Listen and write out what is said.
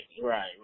right